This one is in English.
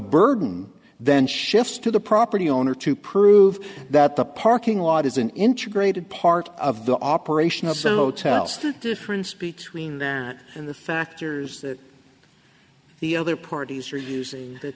burden then shifts to the property owner to prove that the parking lot is an integrated part of the operational so telstra difference between there and the factors that the other parties are using that